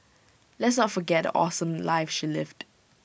let's not forget awesome life she lived